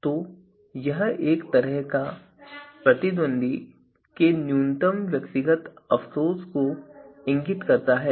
तो यह एक तरह से एक प्रतिद्वंद्वी के न्यूनतम व्यक्तिगत अफसोस को इंगित करता है